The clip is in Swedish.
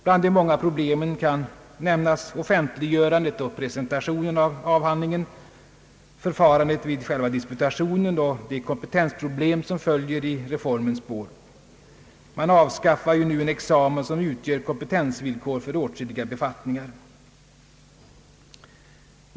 Bland de många problemen kan nämnas offentliggörandet och presentationen av doktorsavhandlingen, förfarandet vid disputationen och de kompetensproblem som följer i reformens spår. Man avskaffar ju nu en examen som utgör kompetensvillkor för åtskilliga befattningar.